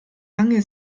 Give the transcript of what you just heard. lange